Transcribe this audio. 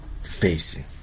facing